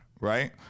right